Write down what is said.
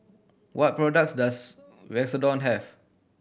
what products does Redoxon have